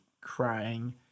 crying